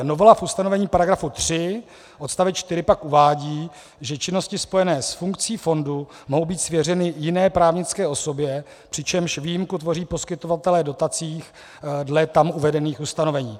Novela v ustanovení § 3 odst. 4 pak uvádí, že činnosti spojené s funkcí fondu mohou být svěřeny jiné právnické osobě, přičemž výjimku tvoří poskytovatelé dotací dle tam uvedených ustanovení.